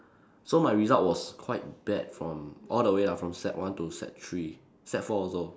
so my result was quite bad from all the way ah from sec one to sec three sec four also